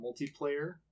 multiplayer